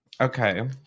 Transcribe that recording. Okay